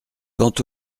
quant